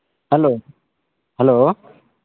hello hello